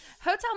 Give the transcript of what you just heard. Hotel